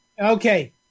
Okay